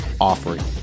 offering